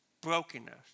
brokenness